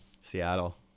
Seattle